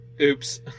Oops